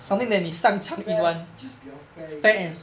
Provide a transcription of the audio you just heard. uh be fair just 比较 fair 一点 ah